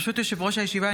ברשות יושב-ראש הישיבה,